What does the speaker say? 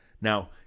Now